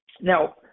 Now